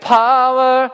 power